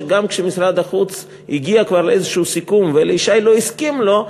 שגם כשמשרד החוץ כבר הגיע לאיזה סיכום ואלי ישי לא הסכים לו,